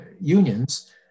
unions